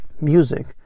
Music